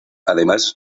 además